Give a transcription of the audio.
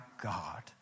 God